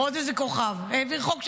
עוד איזה כוכב, העביר חוק שנפסל,